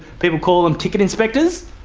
people call them ticket inspectors.